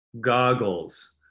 goggles